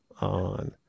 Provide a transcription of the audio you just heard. on